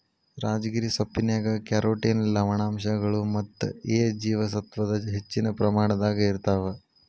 ರಾಜಗಿರಿ ಸೊಪ್ಪಿನ್ಯಾಗ ಕ್ಯಾರೋಟಿನ್ ಲವಣಾಂಶಗಳು ಮತ್ತ ಎ ಜೇವಸತ್ವದ ಹೆಚ್ಚಿನ ಪ್ರಮಾಣದಾಗ ಇರ್ತಾವ